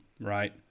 right